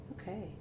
Okay